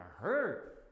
hurt